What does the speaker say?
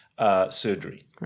Surgery